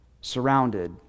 surrounded